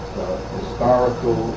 historical